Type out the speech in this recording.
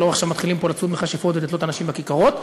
ולא מתחילים פה עכשיו לצוד מכשפות ולתלות אנשים בכיכרות.